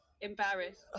Embarrassed